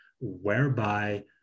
whereby